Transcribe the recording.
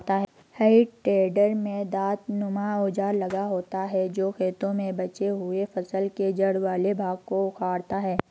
हेइ टेडर में दाँतनुमा औजार लगा होता है जो खेतों में बचे हुए फसल के जड़ वाले भाग को उखाड़ता है